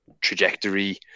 trajectory